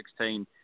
2016